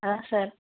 அதான் சார்